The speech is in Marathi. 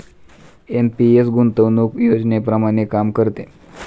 एन.पी.एस गुंतवणूक योजनेप्रमाणे काम करते